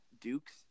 Duke's